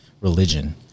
religion